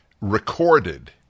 recorded